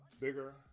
bigger